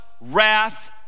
wrath